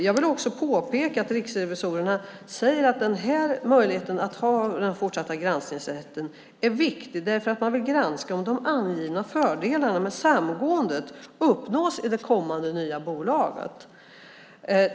Jag vill också påpeka att riksrevisorerna säger att möjligheten att ha den fortsatta granskningsrätten är viktig därför att man vill granska om de angivna fördelarna med samgåendet uppnås i det kommande nya bolaget.